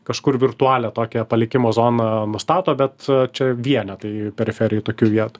kažkur virtualią tokią palikimo zoną nustato bet čia vienetai periferijoj tokių vietų